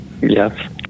Yes